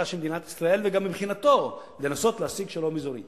של מדינת ישראל וגם מבחינתו לנסות להשיג שלום אזורי.